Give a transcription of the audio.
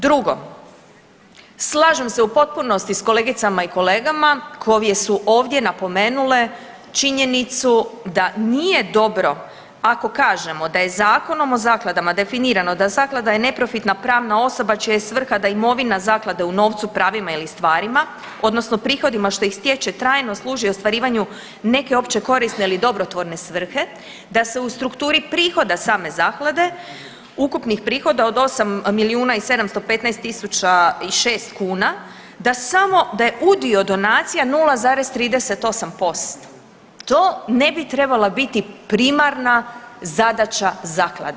Drugo, slažem se u potpunosti s kolegicama i kolegama koje su ovdje napomenule činjenicu da nije dobro ako kažemo da je Zakonom o zakladama definirano da zaklada je neprofitna pravna osoba čija je svrha da imovina zaklade u novcu, pravima ili stvarima odnosno prihodima što ih stječe trajno služi ostvarivanju neke opće korisne ili dobrotvorne svrhe, da se u strukturi prihoda same zaklade ukupnih prihoda od 8 milijuna i 715 tisuća i 6 kuna da samo da je udio donacija 0,38% to ne bi trebala biti primarna zadaća zaklade.